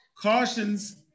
Cautions